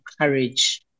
courage